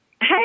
Hey